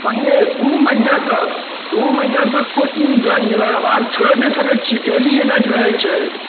परमोद दू महिना तक दू महिना तक कोचिङ्ग ज्वाइन केलाक बाद छोरि नहि सकै छिही डेली एनाइ रहै छै